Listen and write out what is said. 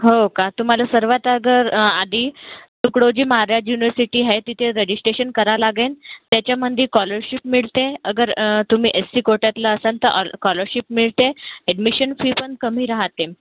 हो का तुम्हाला सर्वात अगर आधी तुकडोजी महाराज युनिव्हर्सिटी आहे तिथे रजिस्टेशन करावे लागेल त्याच्यामध्ये कॉलरशिप मिळते अगर तुम्ही एस्सी कोट्यातलं असाल तर कॉलरशिप मिळते ॲडमिशन फी पण कमी राहते